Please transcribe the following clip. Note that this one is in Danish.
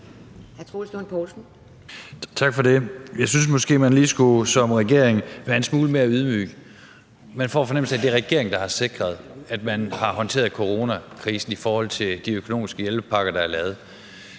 Tak for det. Jeg synes måske lige, at man som regering skulle være en smule mere ydmyg. Man får fornemmelsen af, at det er regeringen, der har sikret, at coronakrisen er blevet håndteret, hvad angår de økonomiske hjælpepakker, der er lavet.